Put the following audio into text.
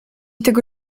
tego